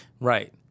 Right